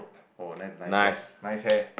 oh that's a nice hair nice hair